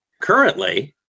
Currently